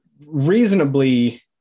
reasonably